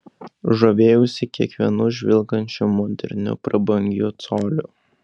žavėjausi kiekvienu žvilgančiu moderniu prabangiu coliu